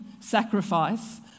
sacrifice